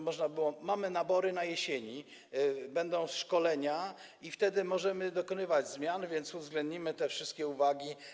Mamy nabory na jesieni, będą szkolenia, i wtedy możemy dokonywać zmian, więc uwzględnimy te wszystkie uwagi.